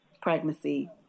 Pregnancy